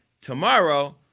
tomorrow